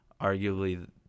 arguably